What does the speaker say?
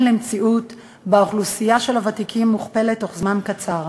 למציאות שבה האוכלוסייה של הוותיקים מוכפלת בתוך זמן קצר.